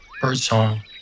Birdsong